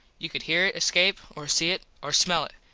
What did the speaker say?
you could hear it escape or see it or smell it.